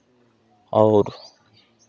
और